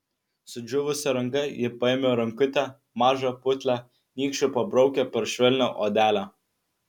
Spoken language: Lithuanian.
sudžiūvusia ranka ji paėmė rankutę mažą putlią nykščiu pabraukė per švelnią odelę